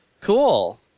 Cool